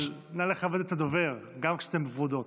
נא לכבד את הדובר, גם כשאתן ורודות.